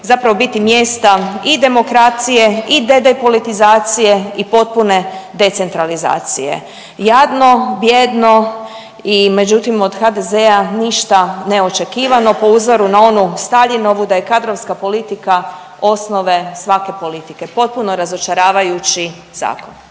zapravo biti mjesta i demokracije i dedepolitizacije i potpune decentralizacije. Jadno, bijedno i međutim od HDZ-a ništa neočekivano po uzoru na onu Staljinovu da je kadrovska politika osnove svake politike, potpuno razočaravajući zakon.